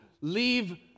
leave